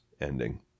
ending